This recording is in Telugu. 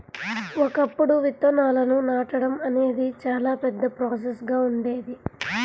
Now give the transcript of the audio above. ఒకప్పుడు విత్తనాలను నాటడం అనేది చాలా పెద్ద ప్రాసెస్ గా ఉండేది